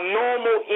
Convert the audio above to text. normal